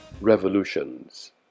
revolutions